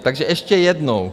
Takže ještě jednou.